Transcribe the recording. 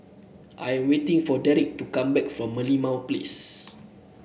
I am waiting for Derik to come back from Merlimau Place